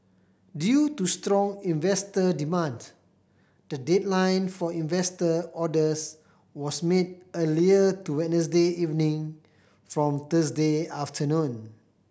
due to strong investor demand the deadline for investor orders was made earlier to Wednesday evening from Thursday afternoon